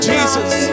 Jesus